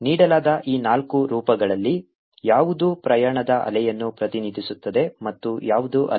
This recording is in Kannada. A cos πxL isin πxL eiωt ನೀಡಲಾದ ಈ ನಾಲ್ಕು ರೂಪಗಳಲ್ಲಿ ಯಾವುದು ಪ್ರಯಾಣದ ಅಲೆಯನ್ನು ಪ್ರತಿನಿಧಿಸುತ್ತದೆ ಮತ್ತು ಯಾವುದು ಅಲ್ಲ